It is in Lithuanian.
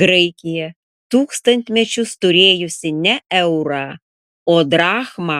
graikija tūkstantmečius turėjusi ne eurą o drachmą